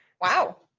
wow